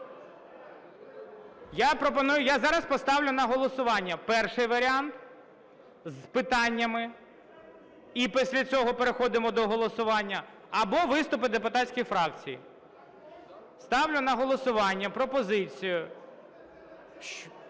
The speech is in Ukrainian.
Я зараз поставлю на голосування перший варіант з питаннями, і після цього переходимо до голосування, або виступи депутатських фракцій. Ставлю на голосування пропозицію.